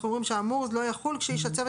אנחנו אומרים שהאמור לא יחול כשאיש הצוות